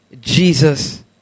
Jesus